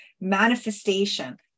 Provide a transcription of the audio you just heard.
manifestation